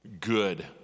good